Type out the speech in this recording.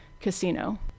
Casino